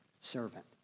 servant